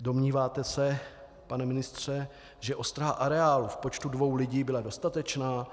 Domníváte se, pane ministře, že ostraha areálu v počtu dvou lidí byla dostatečná?